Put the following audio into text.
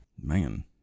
man